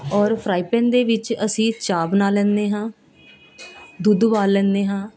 ਔਰ fry pan ਦੇ ਵਿੱਚ ਅਸੀਂ ਚਾਹ ਬਣਾ ਲੈਂਦੇ ਹਾਂ ਦੁੱਧ ਉਬਾਲ ਲੈਂਦੇ ਹਾਂ